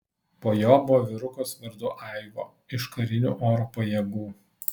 po jo buvo vyrukas vardu aivo iš karinių oro pajėgų